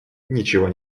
ничего